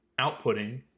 outputting